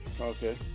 Okay